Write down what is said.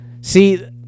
See